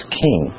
king